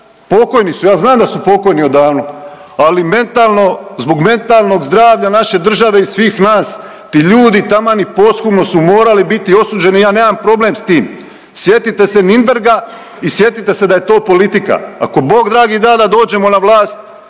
Pokojni su, ja znam da su pokojni odavno, ali mentalno, zbog mentalnog zdravlja naše države i svih nas, ti ljudi taman i posthumno su morali biti osuđeni, ja nemam problem s tim. Sjetite se Nürnberga i sjetite se da je to politika. Ako Bog dragi da dođemo na vlast,